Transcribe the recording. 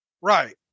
Right